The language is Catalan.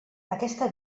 aquesta